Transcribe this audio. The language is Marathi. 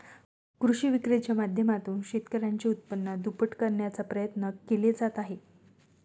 कृषी विक्रीच्या माध्यमातून शेतकऱ्यांचे उत्पन्न दुप्पट करण्याचा प्रयत्न केले जात आहेत